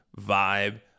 vibe